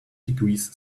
degrees